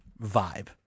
vibe